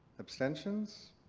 abstentions.